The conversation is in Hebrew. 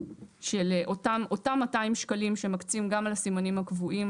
של אותם 200 שקלים שמקצים גם לסימנים הקבועים.